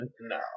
No